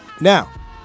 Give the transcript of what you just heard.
Now